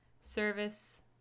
Service